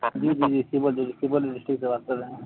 جی جی سپول ڈسٹرک سے بات کر رہے ہیں